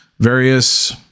Various